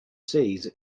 seas